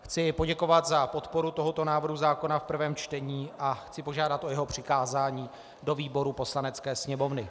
Chci poděkovat za podporu tohoto návrhu zákona v prvém čtení a chci požádat o jeho přikázání do výboru Poslanecké sněmovny.